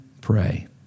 pray